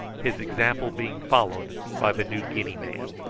his example being followed by the new guinea man.